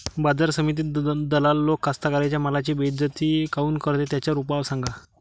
बाजार समितीत दलाल लोक कास्ताकाराच्या मालाची बेइज्जती काऊन करते? त्याच्यावर उपाव सांगा